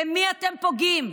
במי אתם פוגעים?